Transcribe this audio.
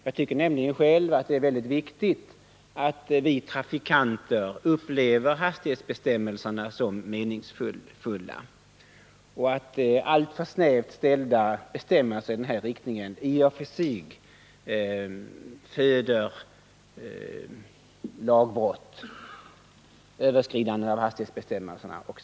Jag tycker nämligen själv att det är mycket viktigt att vi trafikanter upplever hastighetsbestämmelserna som meningsfulla. Alltför snäva bestämmelser kan i och för sig föda lagbrott — överskridanden av hastighetsbestämmelserna m.m.